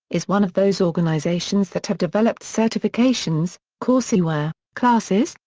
is one of those organizations that have developed certifications, courseware, classes,